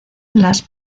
las